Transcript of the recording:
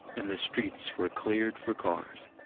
and the streets were cleared for cars.